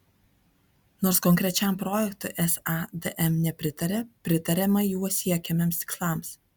nors konkrečiam projektui sadm nepritaria pritariama juo siekiamiems tikslams